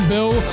Bill